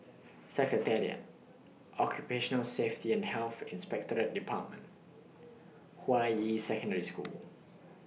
Secretariat Occupational Safety and Health Inspectorate department Hua Yi Secondary School